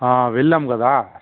ఆ వెళ్ళాం కదా